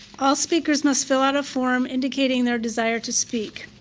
all speakers must fill out a form indicating their desire to speak.